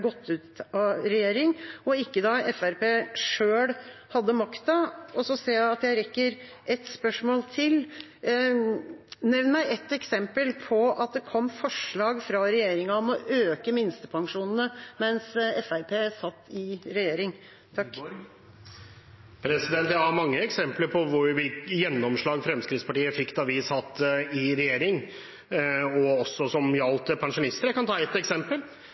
ut av regjering, og ikke da Fremskrittspartiet sjøl hadde makta? Jeg ser at jeg rekker et spørsmål: Kan representanten Wiborg nevne ett eksempel på at det kom forslag fra regjeringa om å øke minstepensjonene mens Fremskrittspartiet satt i regjering? Jeg har mange eksempler på gjennomslag som Fremskrittspartiet fikk da vi satt i regjering, også som gjaldt pensjonister. Jeg kan ta et eksempel,